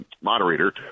moderator